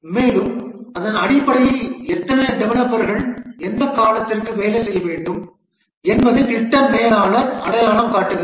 மேலும் அதன் அடிப்படையில் எத்தனை டெவலப்பர்கள் எந்த காலத்திற்கு வேலை செய்ய வேண்டும் என்பதை திட்ட மேலாளர் அடையாளம் காட்டுகிறார்